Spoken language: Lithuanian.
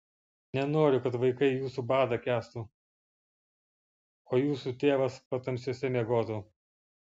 nenoriu kad vaikai jūsų badą kęstų o jūsų tėvas patamsiuose miegotų